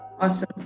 Awesome